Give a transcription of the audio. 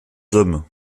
hommes